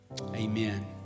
Amen